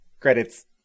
Credits